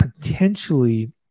potentially